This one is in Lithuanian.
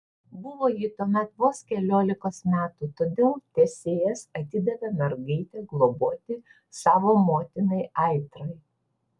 buvo ji tuomet vos keliolikos metų todėl tesėjas atidavė mergaitę globoti savo motinai aitrai